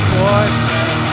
boyfriend